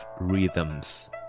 rhythms